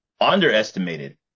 underestimated